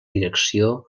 direcció